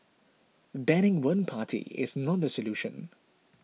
banning one party is not the solution